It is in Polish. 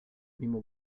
mimo